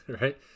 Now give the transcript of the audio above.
right